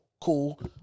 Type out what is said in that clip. Cool